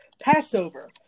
Passover